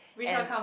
and